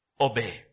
obey